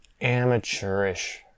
amateurish